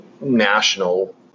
national